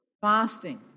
fasting